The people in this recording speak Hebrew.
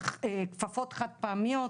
כפפות חד פעמיות.